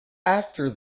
after